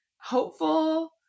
hopeful